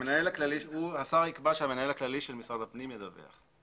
שהמנהל הכללי של משרד הפנים ידווח.